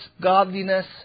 godliness